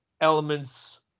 elements